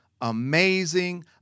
amazing